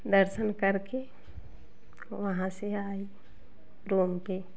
दर्शन कर के वहाँ से आई रूम पर